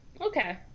Okay